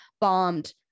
bombed